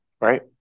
Right